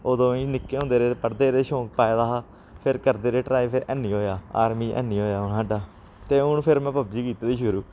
अदूं निक्के होंदे रेह् पढ़दे रेह् शौंक पाए दा हा फिर करदे रेह् ट्राई फिर हैनी होएआ आर्मी हैनी होएआ साढ़ा ते हून फिर में पबजी कीती दी शुरू